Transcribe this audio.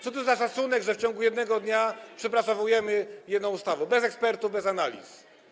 Co to za szacunek, kiedy w ciągu jednego dnia przepracowujemy jedną ustawę bez ekspertów, bez analiz?